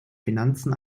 finanzen